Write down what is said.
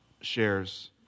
shares